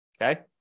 Okay